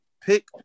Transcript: pick